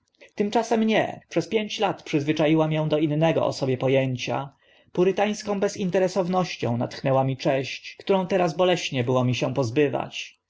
tymczasem nie przez pięć lat przyzwyczaiła mię do innego o sobie po ęcia purytańską bezinteresownością natchnęła mi cześć które teraz boleśnie mi było się pozbywać